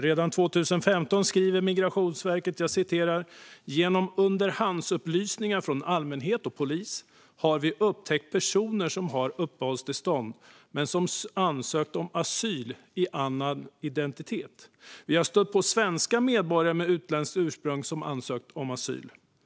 Redan 2015 skrev Migrationsverket: Genom underhandsupplysningar från allmänhet och polis har vi upptäckt personer som har uppehållstillstånd men som ansökt om asyl i annan identitet. Vi har stött på svenska medborgare med utländskt ursprung som ansökt om asyl.